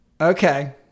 Okay